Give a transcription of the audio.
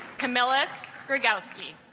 camillus rogalski